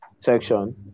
section